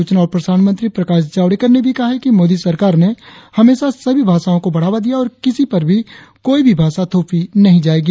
सूचना और प्रसारण मंत्री प्रकाश जावड़ेकर ने भी कहा है कि मोदी सरकार ने हमेशा सभी भाषाओ को बढ़ावा दिया है और किसी पर कोई भी भाषा थोपी नही जाएगी